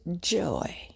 joy